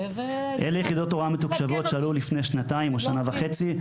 אלה יחידות הוראה מתוקשבות שעלו לפני שנה וחצי או שנתיים,